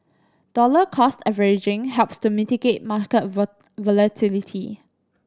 dollar cost averaging helps to mitigate market volatility